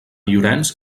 llorenç